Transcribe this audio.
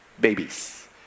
babies